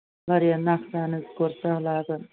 واریاہ نۄقصان حظ کوٚر سَہلابَن